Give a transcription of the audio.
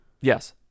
yes